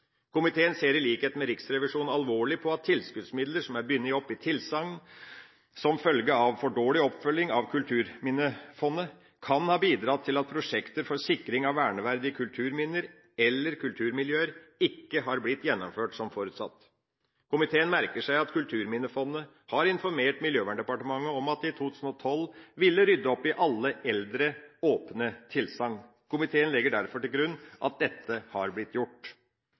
Komiteen ser i likhet med Riksrevisjonen alvorlig på at tilskuddsmidler som er bundet opp i tilsagn som følge av for dårlig oppfølging av Kulturminnefondet, kan ha bidratt til at prosjekter for sikring av verneverdige kulturminner eller kulturmiljøer ikke har blitt gjennomført som forutsatt. Komiteen merker seg at Kulturminnefondet har informert Miljøverndepartementet om at det i 2012 ville rydde opp i alle eldre, åpne tilsagn. Komiteen legger derfor til grunn at dette har blitt gjort.